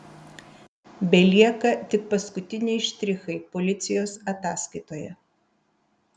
belieka tik paskutiniai štrichai policijos ataskaitoje